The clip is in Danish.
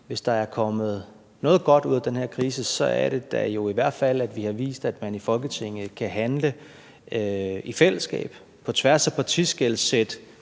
hvis der er kommet noget godt ud af den her krise, så er det da i hvert fald, at vi har vist, at vi i Folketinget kan handle i fællesskab på tværs af partiskel